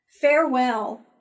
Farewell